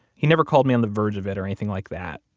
he never called me on the verge of it or anything like that.